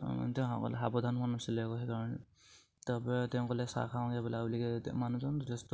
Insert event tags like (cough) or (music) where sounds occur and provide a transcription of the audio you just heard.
(unintelligible) মানুহজন যথেষ্ট